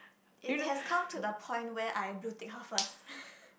it has come to the point where I blue tick her first